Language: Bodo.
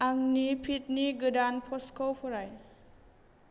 आंनि फिडनि गोदान पस्टखौ फराय